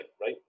right